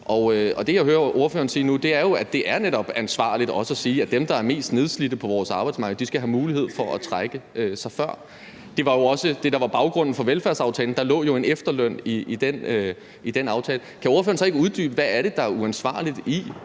det, jeg hører ordføreren sige nu, er jo, at det netop er ansvarligt også at sige, at dem, der er mest nedslidte på vores arbejdsmarked, skal have mulighed for at trække sig tilbage før. Det var jo også det, der var baggrunden for velfærdsaftalen. Der lå jo en efterløn i den aftale. Kan ordføreren så ikke uddybe, hvad det er, der er uansvarligt i,